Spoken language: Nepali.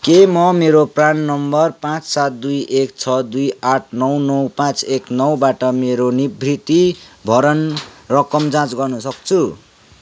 के म मेरो प्रान नम्बर पाँच सात दुई एक छ दुई आठ नौ नौ पाँच एक नौ बाट मेरो निवृत्तिभरण रकम जाँच गर्न सक्छु